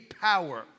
power